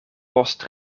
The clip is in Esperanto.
post